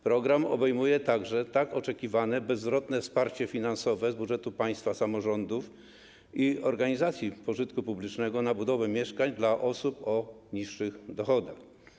Program obejmuje także tak oczekiwane bezzwrotne wsparcie finansowe z budżetu państwa samorządów i organizacji pożytku publicznego na budowę mieszkań dla osób o niższych dochodach.